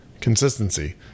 consistency